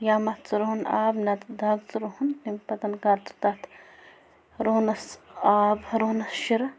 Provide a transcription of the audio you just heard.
یا مَتھ ژٕ رۄہنہٕ آب نَتہٕ دَگ ژٕ رُہَن تمہِ پَتہٕ کَر ژٕ تَتھ رۄہنَس آب رۄہنَس شِرٕ